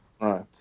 right